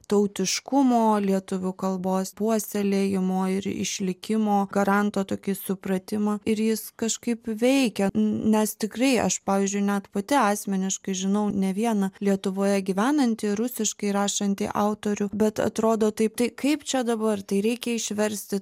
tautiškumo lietuvių kalbos puoselėjimo ir išlikimo garanto tokį supratimą ir jis kažkaip veikia nes tikrai aš pavyzdžiui net pati asmeniškai žinau ne vieną lietuvoje gyvenantį rusiškai rašantį autorių bet atrodo taip tai kaip čia dabar tai reikia išversti